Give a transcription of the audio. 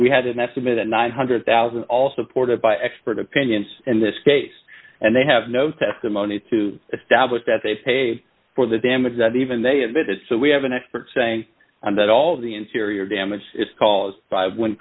we had an estimate at nine hundred thousand all supported by expert opinion in this case and they have no testimony to establish that they paid for the damage that even they admit it so we have an expert saying that all of the interior damage is caused by